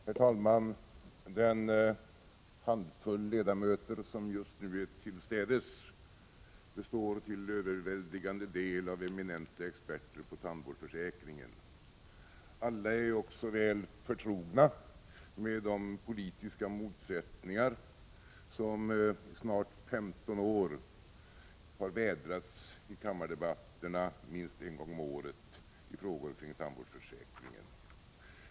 Herr talman! Den handfull ledamöter som just nu är tillstädes består till överväldigande del av eminenta experter på tandvårdsförsäkringen. Alla är också väl förtrogna med de politiska motsättningar som under snart 15 år har vädrats i kammardebatterna minst en gång om året i frågor kring tandvårdsförsäkringen.